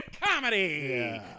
Comedy